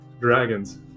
dragons